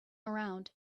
around